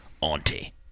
Auntie